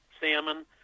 salmon